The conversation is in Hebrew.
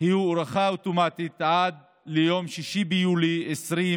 היא הוארכה אוטומטית עד ליום 6 ביולי 2021,